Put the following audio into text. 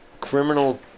criminal